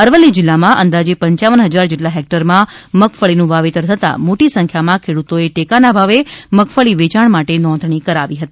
અરવલ્લી જિલ્લામાં અંદાજે પંચાવન ફજાર જેટલા હેક્ટરમાં મગફળીનું વાવેતર થતાં મોટી સંખ્યામાં ખેડૂતોએ ટેકાના ભાવે મગફળી વેચાણ માટે નોંધણી કરાવી હતી